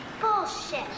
Bullshit